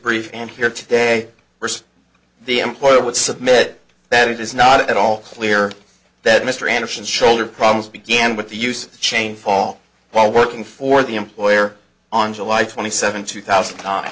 brief and here today first the employer would submit that it is not at all clear that mr anderson shoulder problems began with the use chain fall while working for the employer on july twenty seventh two thousand times